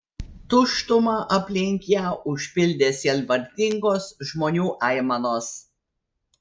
tuštumą aplink ją užpildė sielvartingos žmonių aimanos